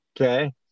Okay